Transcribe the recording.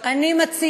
חברי, אני מציעה